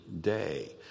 day